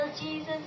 Jesus